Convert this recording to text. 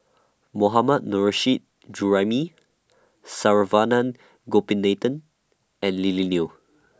Mohammad Nurrasyid Juraimi Saravanan Gopinathan and Lily Neo